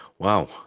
Wow